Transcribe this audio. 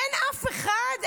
אין אף אחד,